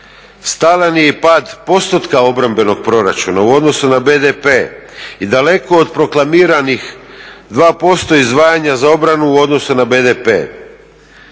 Stalan je i pad postotka obrambenog proračuna u odnosu na BDP i daleko od proklamiranih 2% izdvajanja za obranu u odnosu na BDP.